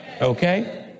Okay